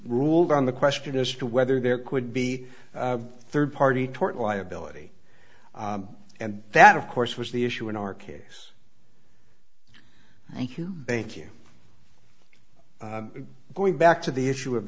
ruled on the question as to whether there could be a third party tort liability and that of course was the issue in our case thank you thank you going back to the issue of